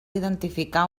identificar